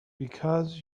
because